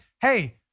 hey